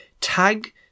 Tag